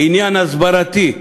עניין הסברתי,